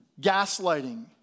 gaslighting